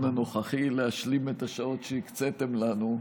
הנוכחי להשלים את השעות שהקציתם לנו,